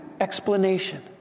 explanation